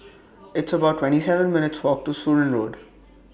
It's about twenty seven minutes' Walk to Surin Road